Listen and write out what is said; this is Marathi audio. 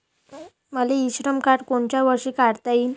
मले इ श्रम कार्ड कोनच्या वर्षी काढता येईन?